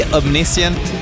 omniscient